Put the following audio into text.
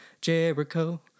Jericho